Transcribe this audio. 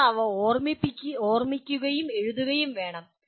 നിങ്ങൾ അവ ഓർമ്മിക്കുകയും എഴുതുകയും വേണം